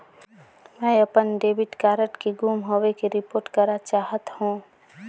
मैं अपन debit card के गुम होवे के रिपोर्ट करा चाहत हों